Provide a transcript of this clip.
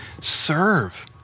serve